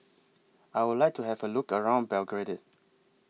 I Would like to Have A Look around Belgrade